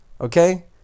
Okay